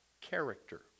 character